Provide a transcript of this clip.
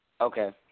Okay